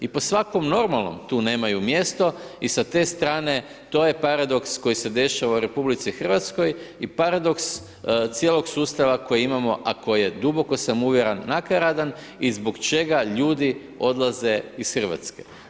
I po svakom normalnom tu nemaju mjesto i sa te strane to je paradoks koji se dešava u RH i paradoks cijelog sustava koji imamo, a koji duboko sam uvjeren nakaradan i zbog čega ljudi odlaze iz Hrvatske.